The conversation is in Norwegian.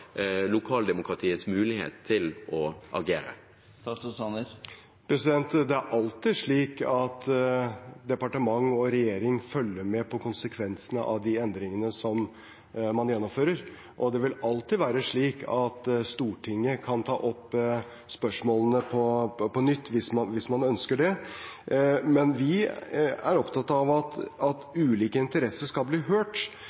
lokaldemokratiets mulighet til å agere. Det er alltid slik at departement og regjering følger med på konsekvensene av de endringene som man gjennomfører, og det vil alltid være slik at Stortinget kan ta opp spørsmålene på nytt hvis man ønsker det. Vi er opptatt av at ulike interesser skal bli hørt,